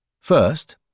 First